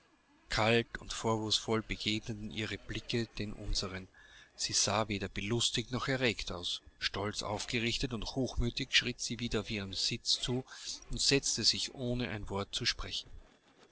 kalt und vorwurfsvoll begegneten ihre blicke den unseren sie sah weder belustigt noch erregt aus stolz aufgerichtet und hochmütig schritt sie wieder auf ihren sitz zu und setzte sich ohne ein wort zu sprechen